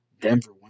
Denver